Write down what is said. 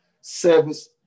service